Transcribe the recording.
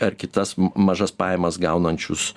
ar kitas mažas pajamas gaunančius